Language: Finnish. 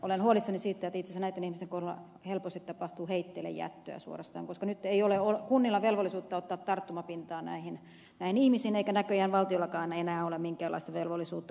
olen huolissani siitä että itse asiassa näitten ihmisten kohdalla helposti tapahtuu heitteillejättöä suorastaan koska nyt ei ole kunnilla velvollisuutta ottaa tarttumapintaa näihin ihmisiin eikä näköjään valtiollakaan enää ole minkäänlaista velvollisuutta heitä kohtaan